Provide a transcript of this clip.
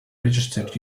registered